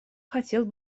хотел